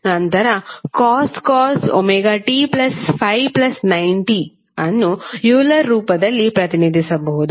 ನಂತರ cos ωt∅90 ಅನ್ನು Euler ರೂಪದಲ್ಲಿ ಪ್ರತಿನಿಧಿಸಬಹುದು